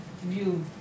view